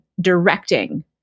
directing